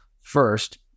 first